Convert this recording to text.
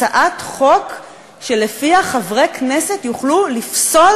הצעת חוק שלפיה חברי כנסת יוכלו לפסול